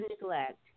neglect